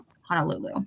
honolulu